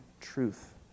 truth